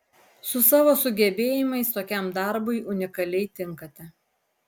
su savo sugebėjimais tokiam darbui unikaliai tinkate